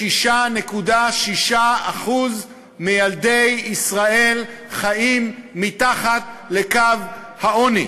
36.6% מילדי ישראל חיים מתחת לקו העוני.